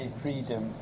freedom